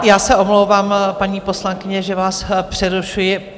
Já se omlouvám, paní poslankyně, že vás přerušuji.